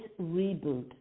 reboot